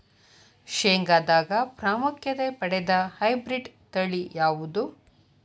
ಶೇಂಗಾದಾಗ ಪ್ರಾಮುಖ್ಯತೆ ಪಡೆದ ಹೈಬ್ರಿಡ್ ತಳಿ ಯಾವುದು?